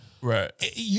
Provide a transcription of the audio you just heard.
Right